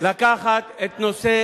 לקחת את נושא